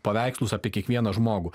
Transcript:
paveikslus apie kiekvieną žmogų